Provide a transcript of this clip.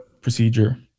procedure